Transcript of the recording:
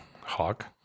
hawk